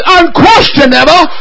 unquestionable